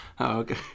Okay